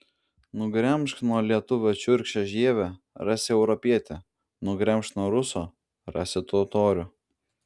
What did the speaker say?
nugremžk nuo lietuvio šiurkščią žievę rasi europietį nugremžk nuo ruso rasi totorių